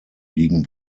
liegen